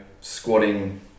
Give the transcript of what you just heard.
squatting